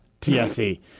TSE